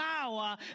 power